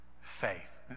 faith